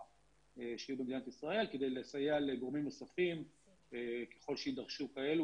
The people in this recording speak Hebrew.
שיהיו במדינת ישראל כדי לסייע לגורמים נוספים ככול שיידרשו כאלה,